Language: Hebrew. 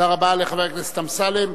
תודה רבה לחבר הכנסת אמסלם.